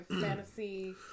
fantasy